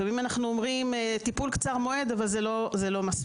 לפעמים אנחנו מדברים על טיפול קצר מועד אבל זה לא מספיק.